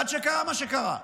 עד שקרה מה שקרה.